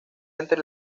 entre